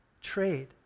trade